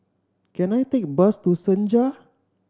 can I take bus to Senja